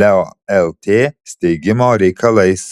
leo lt steigimo reikalais